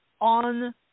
on